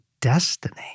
destiny